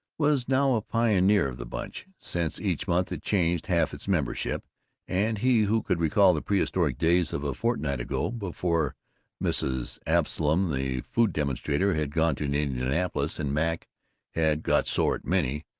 was now a pioneer of the bunch, since each month it changed half its membership and he who could recall the prehistoric days of a fortnight ago, before mrs. absolom, the food-demonstrator, had gone to indianapolis, and mac had got sore at minnie,